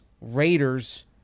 Raiders